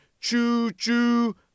choo-choo